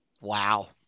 Wow